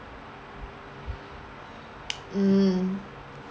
mm